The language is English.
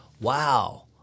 wow